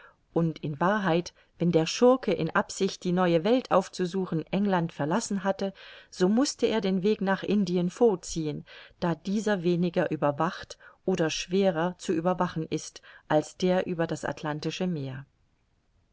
und in wahrheit wenn der schurke in absicht die neue welt aufzusuchen england verlassen hatte so mußte er den weg nach indien vorziehen da dieser weniger überwacht oder schwerer zu überwachen ist als der über das atlantische meer